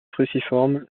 cruciforme